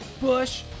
Bush